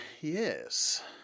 yes